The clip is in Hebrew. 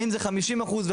האם זה 50% ?